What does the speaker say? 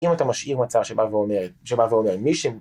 אם אתה משאיר מצב שבא ואומר... שבא ואומר "מי ש..."